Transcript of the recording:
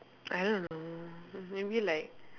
I don't know maybe like